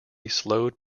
slowed